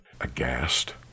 aghast